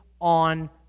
on